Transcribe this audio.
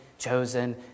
chosen